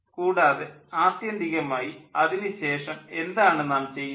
കൂടാതെ ആത്യന്തികമായി അതിനു ശേഷം എന്താണ് നാം ചെയ്യുന്നത്